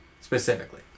specifically